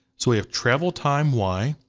so we have travel time, y.